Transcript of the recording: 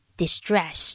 ,distress